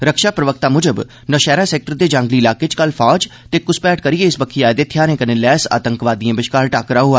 रक्षा प्रवक्ता मुजब नौशैह्रा सैक्टर दे जांगली इलाके च कल फौज ते घुसपैठ करियै इस बक्खी आए दे थेहार कन्नै लैस आतंकवादिएं बश्कार टाक्करा होआ